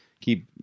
keep